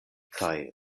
kaj